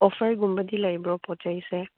ꯑꯣꯐꯔꯒꯨꯝꯕꯗꯤ ꯂꯩꯕ꯭ꯔꯣ ꯄꯣꯠ ꯆꯩꯁꯦ